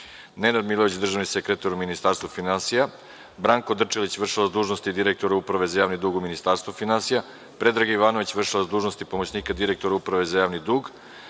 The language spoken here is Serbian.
Nenad Mijailović, državni sekretar u Ministarstvu finansija, Branko Drčelić, vršilac dužnosti direktora Uprave za javni dug u Ministarstvu finansija, Predrag Ivanović, vršilac dužnosti pomoćnika direktora Uprave za javni dug,